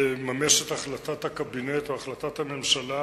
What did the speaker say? לממש את החלטת הקבינט או החלטת הממשלה